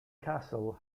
castle